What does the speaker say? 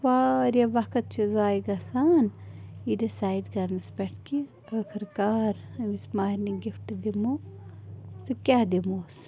وارِیاہ وقت چھُ زایہِ گَژھان یہِ ڈِسایڈ کَرنس پٮ۪ٹھ کہِ ٲخر کار أمِس مَہرنہِ گِفٹ دِمو تہٕ کیٛاہ دِمہوس